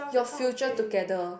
your future together